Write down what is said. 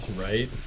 Right